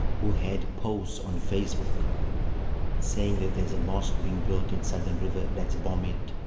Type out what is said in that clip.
who had posts on facebook saying that there's a mosque being built in southern river, let's bomb it,